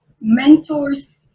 Mentors